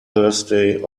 thursday